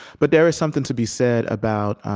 but there is something to be said about